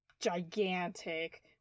gigantic